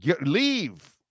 Leave